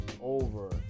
over